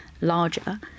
larger